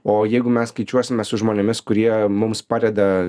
o jeigu mes skaičiuosime su žmonėmis kurie mums padeda